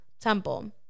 temple